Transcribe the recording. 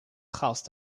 housed